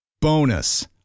Bonus